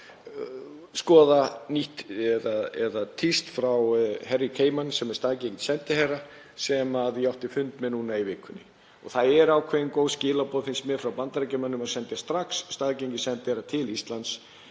skoða tíst frá Harry Kamian, sem er staðgengill sendiherra, sem ég átti fund með nú í vikunni. Það eru ákveðin góð skilaboð, finnst mér, frá Bandaríkjamönnum að senda strax staðgengil sendiherra til Íslands.